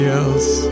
else